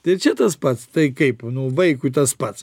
tai ir čia tas pats tai kaip vaikui tas pats